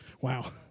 Wow